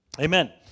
Amen